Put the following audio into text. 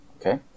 okay